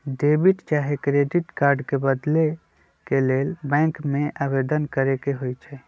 debit चाहे credit card के बदले के लेल बैंक में आवेदन करेके होइ छइ